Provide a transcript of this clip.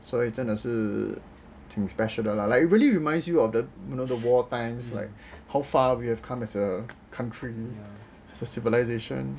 所以真的是 special 的 lah like it really reminds you of the war times like how far we've come as a country to a civilisation